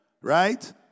Right